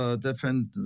different